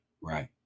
right